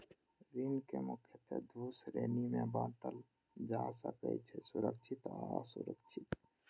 ऋण कें मुख्यतः दू श्रेणी मे बांटल जा सकै छै, सुरक्षित आ असुरक्षित